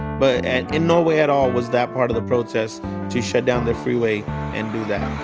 but and in no way at all was that part of the protest to shut down the freeway and do that.